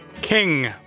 King